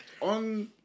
on